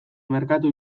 merkatu